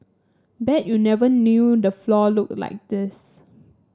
bet you never knew the floor looked like this